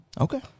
Okay